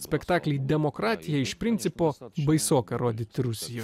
spektaklį demokratija iš principo baisoka rodyti rusijoj